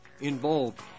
involved